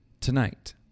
tonight